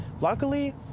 luckily